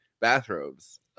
bathrobes